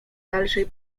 dalszej